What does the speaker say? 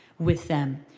with them.